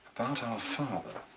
about our father.